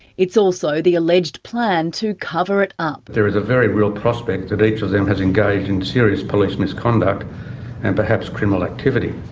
it's also the alleged plan to cover it up. there is a very real prospect that each of them has engaged in serious police misconduct and perhaps criminal activity.